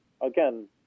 again